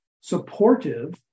supportive